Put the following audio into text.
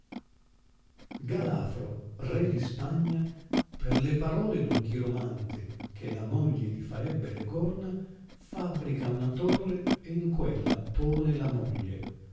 i galafro re di spagna per le parole d un chiromante che la moglie li farebbe le corna fabbrica una torre e in quella pone la moglie